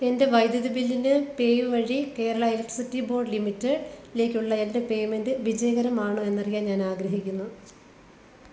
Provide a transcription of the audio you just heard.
എൻ്റെ വൈദ്യുതി ബില്ലിന് പേയു വഴി കേരള ഇലക്ട്രിസിറ്റി ബോർഡ് ലിമിറ്റഡ് ലേക്കുള്ള എൻ്റെ പേയ്മെൻ്റ് വിജയകരമാണോ എന്നറിയാൻ ഞാൻ ആഗ്രഹിക്കുന്നു